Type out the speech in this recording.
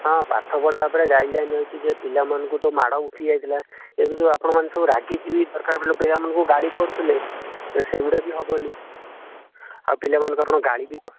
ହଁ ପାଠ ପଢ଼ା ଉପରେ ଗାଇଡ଼ ଲାଇନ ଅଛି ଯେ ପିଲା ମାନଙ୍କୁ ତା ମାଡ଼ ଉଠି ଯାଇଥିଲା ଏବେ ଯେଉଁ ଆପଣମାନେ ରାଗିକି ବି ଦରକାର ପଡ଼ିଲେ ପିଲାମାନଙ୍କୁ ଗାଳି କରୁଥିଲେ ସେ ଗୁଡ଼ା ବି ହେବ ନାହିଁ ଆଉ ପିଲାମାନଙ୍କୁ ଆପଣ ଗାଳି ବି